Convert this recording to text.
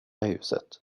huset